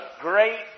great